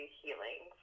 healing